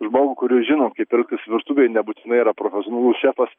žmogų kuris žino kaip elgtis virtuvėj nebūtinai yra profesionalus šefas